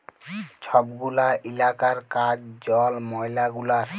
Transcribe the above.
ছব গুলা ইলাকার কাজ জল, ময়লা গুলার